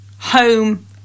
home